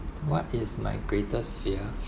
what is my greatest fear